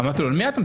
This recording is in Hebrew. אמרתי לו: מי אתם?